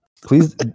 Please